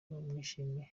bamwishimiye